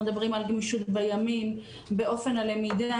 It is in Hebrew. אנחנו מדברים על גמישות בימים, באופן הלמידה.